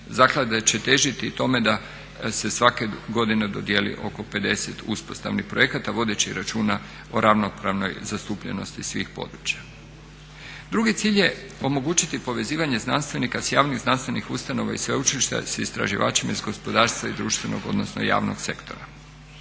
Zaklada će težiti i tome da se svake godine dodijeli oko 50 uspostavnih projekata vodeći računa o ravnopravnoj zastupljenosti svih područja. Drugi cilj je omogućiti povezivanje znanstvenika sa javnih znanstvenih ustanova i sveučilišta sa istraživačima iz gospodarstva i društvenog odnosno javnog sektora.